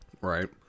Right